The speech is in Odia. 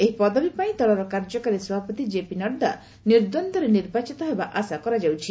ଏହି ପଦବୀ ପାଇଁ ଦଳର କାର୍ଯ୍ୟକାରୀ ସଭାପତି କ୍ଜେପି ନଡ୍ଡା ନିର୍ଦ୍ୱନ୍ଦ୍ୱରେ ନିର୍ବାଚିତ ହେବା ଆଶା କରାଯାଉଛି